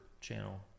channel